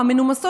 המנומסות,